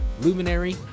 Luminary